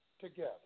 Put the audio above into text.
together